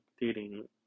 dating